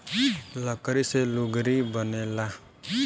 लकड़ी से लुगड़ी बनेला